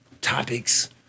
topics